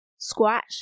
Squash